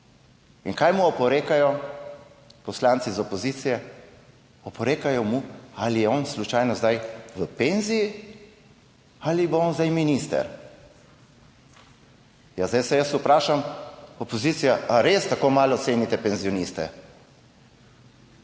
In kaj mu oporekajo poslanci iz opozicije? Oporekajo mu, ali je on slučajno zdaj v penziji ali bo on zdaj minister? Ja, zdaj se jaz vprašam, opozicija, res tako malo cenite penzioniste?